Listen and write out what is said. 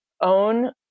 own